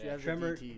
Tremor